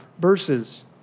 verses